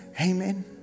Amen